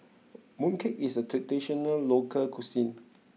Mooncake is a traditional local cuisine